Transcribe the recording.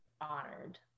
honored